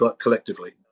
collectively